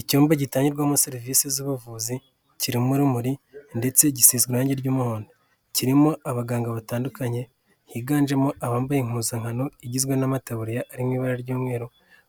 Icyumba gitangirwamo serivisi z'ubuvuzi kirimo urumuri ndetse gisize irangi ry'umuhondo kirimo abaganga batandukanye, higanjemo abambaye impuzankano igizwe n'amatabuririya arimo ibara ry'umweru,